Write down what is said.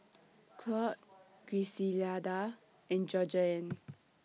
Cloyd Griselda and Georgeann